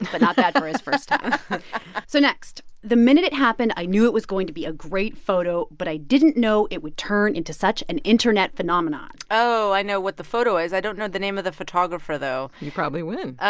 and but not bad for his first time so next. the minute it happened, i knew it was going to be a great photo but i didn't know it would turn into such an internet phenomenon oh, i know what the photo is. i don't know the name of the photographer, though you probably win.